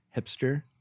hipster